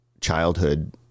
childhood